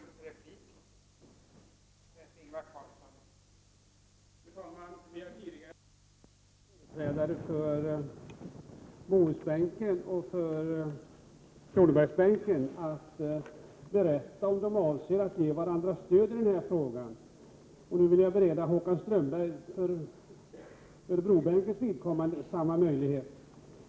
Fru talman! Vi har tidigare i eftermiddag bett företrädare för Bohusbänken och Kronobergsbänken att berätta om de avser att ge varandra stöd i den här frågan. Nu vill jag bereda Håkan Strömberg samma möjlighet för Örebrobänkens vidkommande.